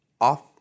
off